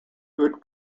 oude